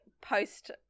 post